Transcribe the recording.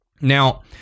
Now